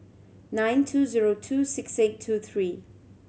nine two zero two six eight two three